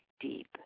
deep